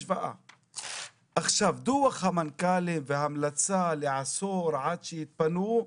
דו"ח המנכ"לים וההמלצה לאסור עד שיתפנו,